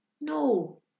No